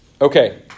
Okay